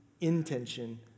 intention